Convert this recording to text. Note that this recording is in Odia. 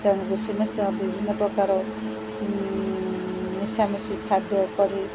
ତେଣୁକରି ସମସ୍ତ ବିଭିନ୍ନ ପ୍ରକାର ମିଶାମିଶି ଖାଦ୍ୟ କରି